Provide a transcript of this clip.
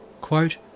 Quote